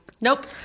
Nope